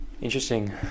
Interesting